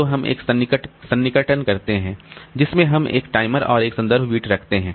तो हम एक सन्निकटन करते हैं जिसमें हम एक टाइमर और एक संदर्भ बिट रखते हैं